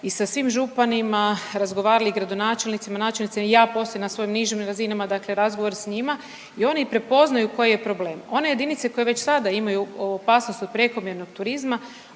i sa svim županima razgovarali i gradonačelnicima, načelnicima. Ja poslije na svojim nižim razinama dakle razgovor s njima i oni prepoznaju koji je problem. One jedinice koje već sada imaju opasnost od prekomjernog turizma,